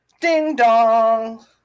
Ding-dong